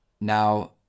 now